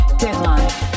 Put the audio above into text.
deadline